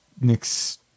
nick's